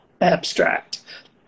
abstract